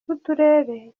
b’uturere